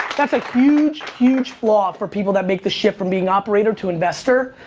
that's a huge, huge flaw for people that make the shift from being operator to investor.